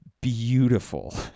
beautiful